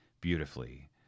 beautifully